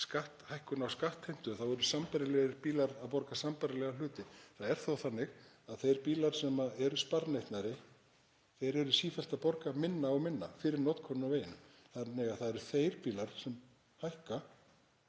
ræða hækkun á skattheimtu þá eru sambærilegir bílar að borga sambærilega hluti. Það er þó þannig að þeir bílar sem eru sparneytnari eru sífellt að borga minna og minna fyrir notkun á vegunum. Þannig að það eru þeir bílar sem hækka.